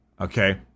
okay